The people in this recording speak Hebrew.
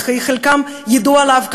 וחלקם ידעו עליו,